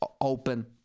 open